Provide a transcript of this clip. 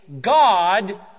God